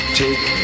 take